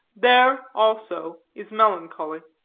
there, also, is melancholy.